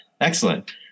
Excellent